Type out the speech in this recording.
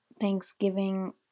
Thanksgiving